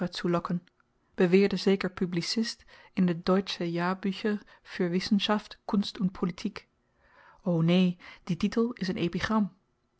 beweerde zeker publicist in de deutsche jahrbücher für wissenschaft kunst und politik o neen die titel is n